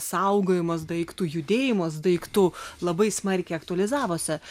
saugojimas daiktų judėjimas daiktų labai smarkiai aktualizavosi